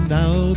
now